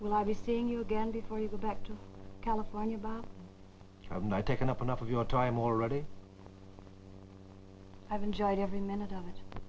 will i'll be seeing you again before you go back to california bob i'm not taking up enough of your time already i've enjoyed every minute of it